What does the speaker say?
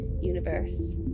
universe